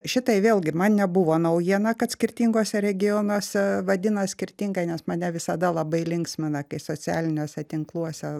šitai vėlgi man nebuvo naujiena kad skirtinguose regionuose vadina skirtingai nes mane visada labai linksmina kai socialiniuose tinkluose